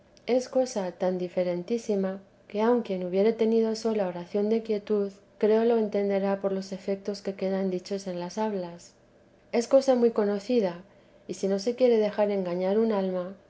es cosa tan diferentísima que aun quien hubiere tenido sola oración de quietud creo lo entenderá por los efetos que quedan dichos en las hablas es cosa muy conocida y si no se quiere dejar engañar un alma